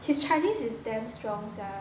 his chinese is damn strong sia